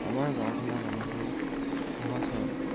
আমাৰ গাঁওখনৰ মানুহবোৰ সহজ সৰল